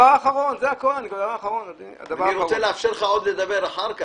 אני רוצה לאפשר לך לדבר גם אחר כך,